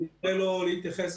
ניתן לו להתייחס.